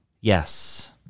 Yes